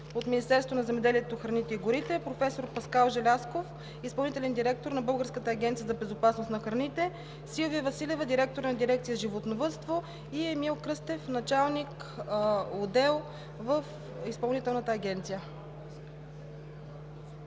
заместник-министър на земеделието, храните и горите, професор Паскал Желязков – изпълнителен директор на Българската агенция по безопасност на храните, Силвия Василева – директор на дирекция „Животновъдство“, и Емил Кръстев – началник-отдел в Изпълнителната агенция.